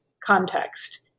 context